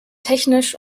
technisch